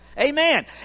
Amen